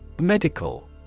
Medical